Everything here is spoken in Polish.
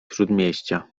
śródmieścia